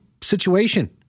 situation